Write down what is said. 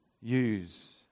use